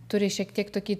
turi šiek tiek tokį